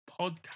podcast